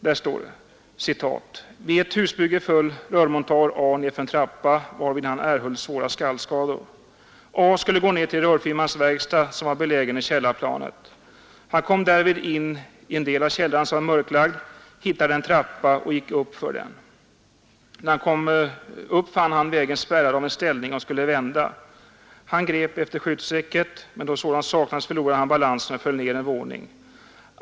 Där står: ”Vid ett husbygge föll rörmontör A nedför en trappa, varvid han erhöll svåra skallskador. A skulle gå ner till rörfirmans verkstad som var belägen i källarplanet. Han kom därvid in i en del av källaren som var mörklagd, hittade en trappa och gick uppför den. När han kom upp fann han vägen spärrad av en ställning och skulle vända. Han grep efter skyddsräcket, men då sådant saknades förlorade han balansen och föll ner en våning.